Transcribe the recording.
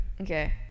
Okay